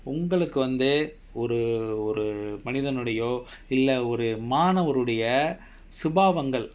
ஒங்களுக்கு வந்து ஒரு ஒரு மனிதனோடயோ இல்ல ஒரு மாணவருடைய சுபாவங்கள்:ongaluku vanthu oru oru manithanodayo illa oru maanavarudaiya subaavangal